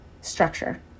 structure